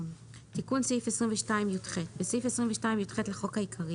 תיקון סעיף12.בסעיף 22יח לחוק העיקרי